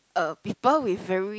uh people with very